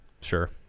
sure